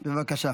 בבקשה.